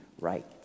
right